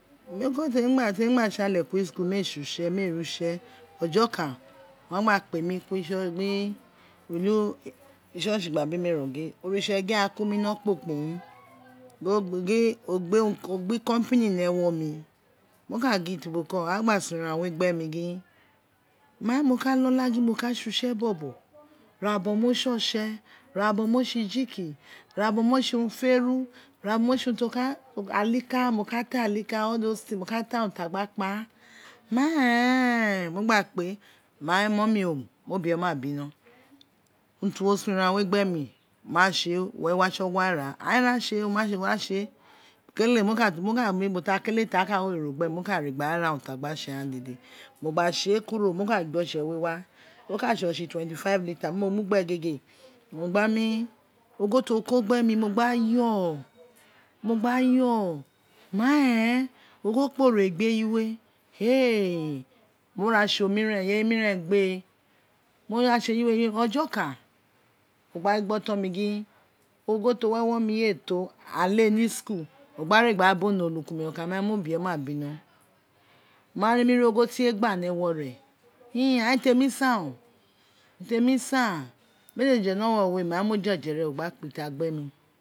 Ulieko teri gba teri gba tsale kuru school mee tse utse mee riou utse oho okan owun a gba kpe mi church gba bimi ro gin oritse gin akun mi wino kpokpobi wun gin o gbe urun o gba company ni ewo mi mo ka gin tu boko a gea so ran we gbe mi gin main mo ka lola gin mo sa tse utse bobo ira bobo main tse lase ira bobo mo tse iyiki ira bobo mo tse urun iferu ira bobo imo tse urun to ka alika mo ka ta ali ka mo ka ta urun ti a gba ka kpa mai mammy mo we ma bimo urun ti wo so oran we gbe mi ma tse uwo re wa tsigua ra ain ra tse kele mo ma ubo ta kele ta a ka wewe ro gbe mi mo ka ra gba a ra urun tiri gba tse ghan dede gbe mi mo gbe tse kuro mo ka gba otse we wa o ka tse otse twenty five litre biri mo ma gbe gege o gba yo mo gba yo mai e ogho kpovo egbe eyiwe mo ra tse omiren ireye moren gbe mo tlra tse eyi we ojo okan mo gba gin gbe oton mi gin ogho to wi ewo mi ee to le ni school mo gba ra gba ra ba olukun mi okan mai mo bite maa bino ma nemi ri ogho tie gba ni ewo re win in temi san o teri scin mee te jerun ni onu rowuro we mai mo je owun o gba kpita gbe mi